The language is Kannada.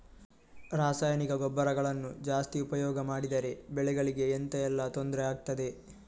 ರಾಸಾಯನಿಕ ಗೊಬ್ಬರಗಳನ್ನು ಜಾಸ್ತಿ ಉಪಯೋಗ ಮಾಡಿದರೆ ಬೆಳೆಗಳಿಗೆ ಎಂತ ಎಲ್ಲಾ ತೊಂದ್ರೆ ಆಗ್ತದೆ?